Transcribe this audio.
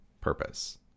purpose